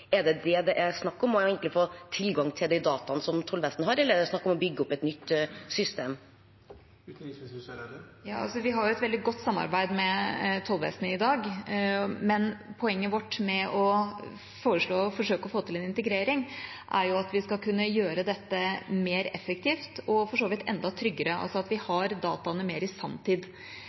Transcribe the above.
Er det snakk om å få tilgang til de dataene som tolletaten har, eller er det snakk om å bygge opp et nytt system? Vi har et veldig godt samarbeid med tolletaten i dag, men poenget vårt med å foreslå og forsøke å få til en integrering er at vi skal kunne gjøre dette mer effektivt og for så vidt enda tryggere, altså at vi har dataene mer i